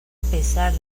pesar